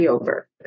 over